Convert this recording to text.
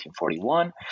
1941